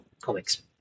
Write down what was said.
comics